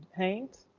haynes.